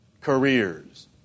careers